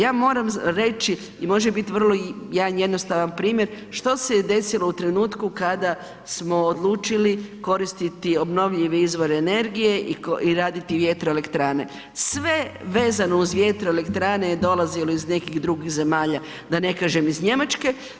Ja moram reći i može biti vrlo jedan jednostavan primjer što se je desilo u trenutku kada smo odlučili koristiti obnovljive izvore energije i raditi vjetroelektrane, sve vezano uz vjetroelektrane je dolazilo iz nekih drugih zemalja, da ne kažem iz Njemačke.